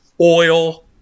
oil